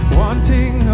wanting